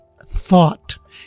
thought